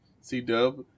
C-Dub